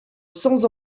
sans